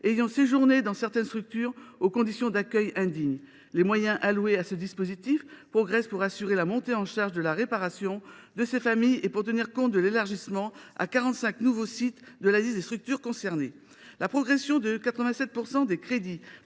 ayant séjourné dans certaines structures aux conditions d’accueil indignes. Les moyens alloués à ce dispositif progressent pour assurer la montée en charge de la réparation de ces familles et pour tenir compte de l’élargissement à quarante cinq nouveaux sites de la liste des structures concernées. La progression de 87 % des crédits